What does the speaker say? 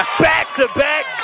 Back-to-back